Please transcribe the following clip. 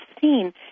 seen